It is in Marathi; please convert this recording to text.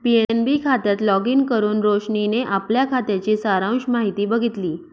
पी.एन.बी खात्यात लॉगिन करुन रोशनीने आपल्या खात्याची सारांश माहिती बघितली